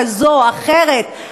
כזו או אחרת,